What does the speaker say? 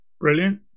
Brilliant